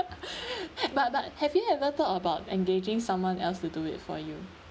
but but have you ever thought about engaging someone else to do it for you